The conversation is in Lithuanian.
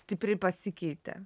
stipriai pasikeitė